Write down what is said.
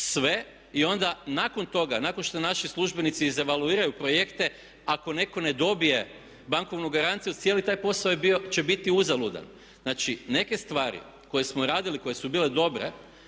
sve i onda nakon toga, nakon što naši službenici izevaluiraju projekte, ako netko ne dobije bankovnu garanciju cijeli taj posao će biti uzaludan. Znači, neke stvari koje smo radili, koje su bile dobre